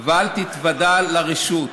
ואל תתוודע לרשות".